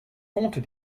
compte